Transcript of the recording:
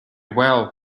well